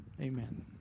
Amen